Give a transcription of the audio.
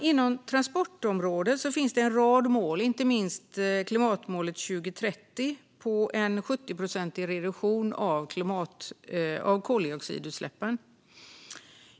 Inom transportområdet finns en rad mål, inte minst klimatmålet 2030 om en 70-procentig reduktion av koldioxidutsläppen.